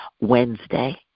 Wednesday